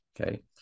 Okay